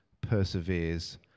perseveres